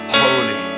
holy